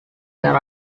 there